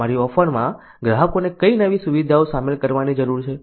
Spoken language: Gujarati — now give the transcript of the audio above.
અમારી ઓફરમાં ગ્રાહકોને કઈ નવી સુવિધાઓ શામેલ કરવાની જરૂર છે